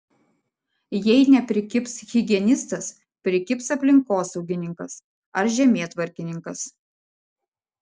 jei neprikibs higienistas prikibs aplinkosaugininkas ar žemėtvarkininkas